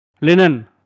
Linen